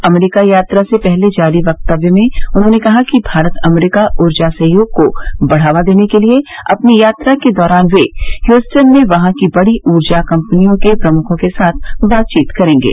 अमरीका यात्रा से पहले जारी वक्तव्य में उन्होंने कहा कि भारत अमरीका ऊर्जा सहयोग को बढ़ावा देने के लिए अपनी यात्रा के दौरान वे द्यूस्टन में वहां की बड़ी ऊर्जा कंपनियों के प्रमुखों के साथ बातचीत करेंगे